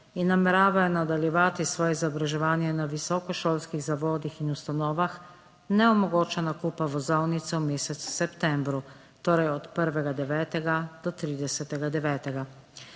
in nameravajo nadaljevati svoje izobraževanje na visokošolskih zavodih in ustanovah ne omogoča nakupa vozovnice v mesecu septembru, torej od 1. 9. do 30.